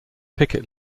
picket